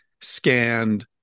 scanned